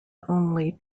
only